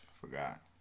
Forgot